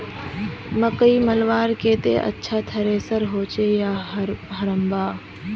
मकई मलवार केते अच्छा थरेसर होचे या हरम्बा?